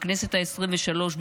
בכנסת העשרים-ושלוש,